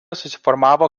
susiformavo